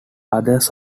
others